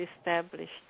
established